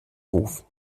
ruf